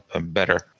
better